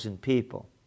people